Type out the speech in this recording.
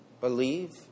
Believe